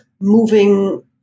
moving